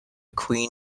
queen